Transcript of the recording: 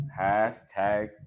Hashtag